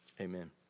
amen